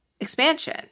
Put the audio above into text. expansion